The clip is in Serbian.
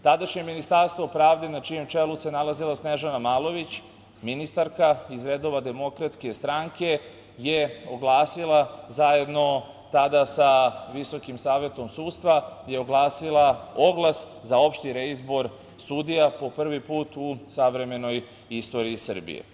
Tadašnje Ministarstvo pravde na čijem čelu se nalazila Snežana Malović, ministarka iz redova DS, je oglasilo zajedno sa Visokim savetom sudstva oglas za opšti reizbor sudija po prvi put u savremenoj istoriji Srbije.